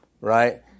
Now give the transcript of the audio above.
right